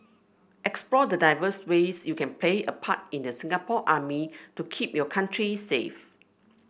explore the diverse ways you can play a part in the Singapore Army to keep your country safe